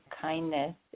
kindness